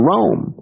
Rome